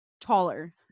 taller